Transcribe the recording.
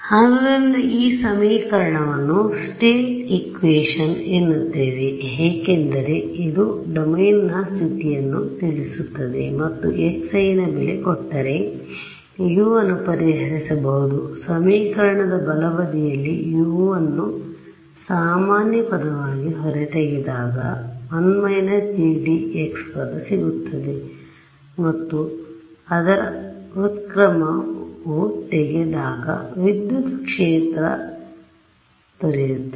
ಆದುದರಿಂದ ಈ ಸಮೀಕರಣವನ್ನು ಸ್ಟೇಟ್ ಇಕ್ವೇಷನ್ ಎನ್ನುತ್ತೇವೆ ಏಕೆಂದರೆ ಇದು ಡೊಮೈನ್ ನ ಸ್ಥಿತಿಯ ನ್ನು ತಿಳಿಸುತ್ತದೆ ಮತ್ತು X I ನ ಬೆಲೆ ಕೊಟ್ಟರೆ u ನ್ನು ಪರಿಹರಿಸಬಹುದುಸಮೀಕರಣದ ಬಲಬದಿಯಲ್ಲಿ u ನ್ನು ಸಾಮಾನ್ಯಪದವಾಗಿ ಹೊರಗೆ ತೆಗೆದಾಗ I − GD X ಪದ ಸಿಗುತ್ತದೆ ಮತ್ತು ಅದರ ವುತ್ಕ್ರಮ ತೆಗೆದಾಗ ವಿದ್ಯುತ್ ಕ್ಷೇತ್ರ ದೊರೆಯುತ್ತದೆ